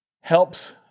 helps